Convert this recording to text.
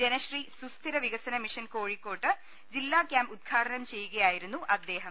ജനശ്രീ സുസ്ഥിര വികസന മിഷൻ കോഴിക്കോട് ജില്ലാ ക്യാമ്പ് ഉദ്ഘാടനം ചെയ്യുകയായിരുന്നു അദ്ദേഹം